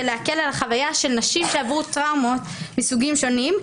ולהקל על החוויה של נשים שעברו טראומות מסוגים שונים,